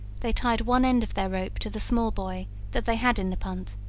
they tied one end of their rope to the small buoy that they had in the punt,